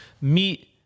meet